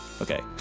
Okay